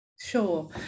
Sure